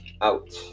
Out